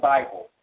Bible